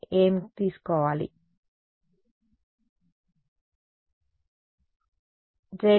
విద్యార్థి Za conjugate